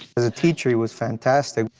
as a teacher, he was fantastic.